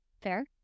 Fair